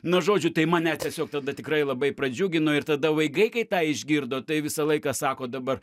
nu žodžiu tai mane tiesiog tada tikrai labai pradžiugino ir tada vaikai kai ką išgirdo tai visą laiką sako dabar